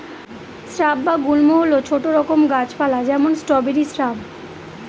shrub বা গুল্ম হল ছোট রকম গাছ পালা যেমন স্ট্রবেরি শ্রাব